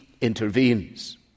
intervenes